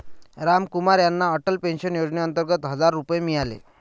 रामकुमार यांना अटल पेन्शन योजनेअंतर्गत हजार रुपये मिळाले